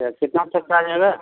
तो कितना खर्चा आ जाएगा